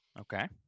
Okay